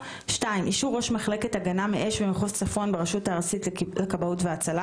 אישור ראש מחלקת הגנה מאש במחוז צפון ברשות הארצית לכבאות והצלה